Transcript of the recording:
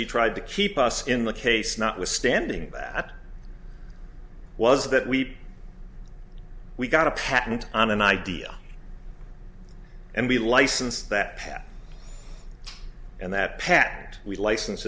he tried to keep us in the case notwithstanding that was that we we got a patent on an idea and we license that and that pact we license